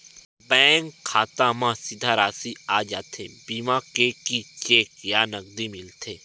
Bank खाता मा सीधा राशि आ जाथे बीमा के कि चेक या नकदी मिलथे?